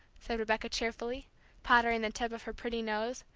said rebecca, cheerfully powdering the tip of her pretty nose,